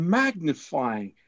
magnifying